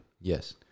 Yes